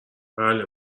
بله